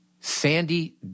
Sandy